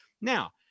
Now